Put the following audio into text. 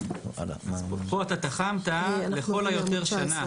פה אתה תחמת לכל היותר שנה.